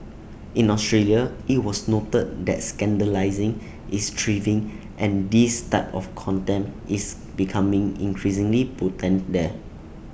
in Australia IT was noted that scandalising is thriving and this type of contempt is becoming increasingly potent there